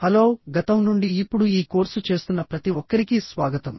hello గతం నుండి ఇప్పుడు ఈ కోర్సు చేస్తున్న ప్రతి ఒక్కరికీ స్వాగతం